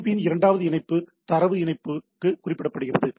FTP இன் இரண்டாவது இணைப்பு தரவு இணைப்புக்கு குறிப்பிடப்படுகிறது